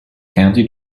county